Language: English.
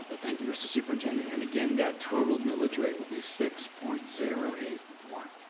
ah thank you, mr. superintendent, and again, that total millage rate would be six point zero eight one.